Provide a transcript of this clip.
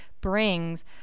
brings